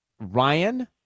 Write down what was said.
Ryan